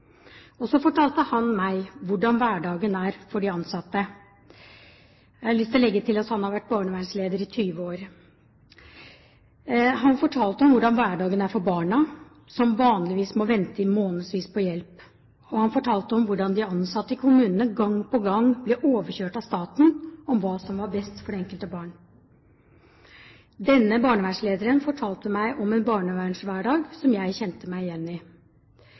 Og så fortalte han meg om hvordan hverdagen er for de ansatte. Jeg har lyst til å legge til at han har vært barnevernsleder i 20 år. Han fortalte om hvordan hverdagen er for barna, som vanligvis må vente i månedsvis på hjelp. Og han fortalte om hvordan de ansatte i kommunen gang på gang blir overkjørt av staten når det gjelder hva som er best for det enkelte barn. Denne barnevernslederen fortalte meg om en barnevernshverdag som jeg kjente meg igjen i.